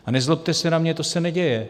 A nezlobte se na mě, to se neděje.